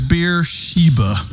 Beersheba